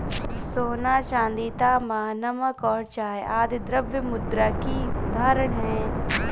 सोना, चांदी, तांबा, नमक और चाय आदि द्रव्य मुद्रा की उदाहरण हैं